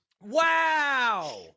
Wow